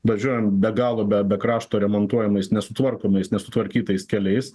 važiuojam be galo be krašto remontuojamais nesutvarkomais nesutvarkytais keliais